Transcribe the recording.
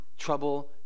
trouble